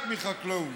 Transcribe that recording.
רק מחקלאות.